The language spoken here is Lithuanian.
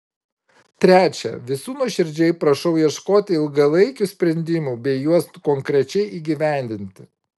trečia visų nuoširdžiai prašau ieškoti ilgalaikių sprendimų bei juos konkrečiai įgyvendinti